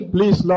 Please